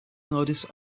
noticed